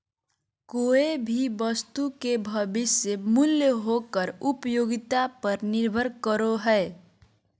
कोय भी वस्तु के भविष्य मूल्य ओकर उपयोगिता पर निर्भर करो हय